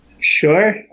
Sure